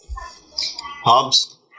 Hobbs